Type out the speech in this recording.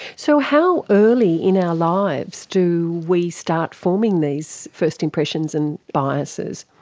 so how early in our lives do we start forming these first impressions and biases?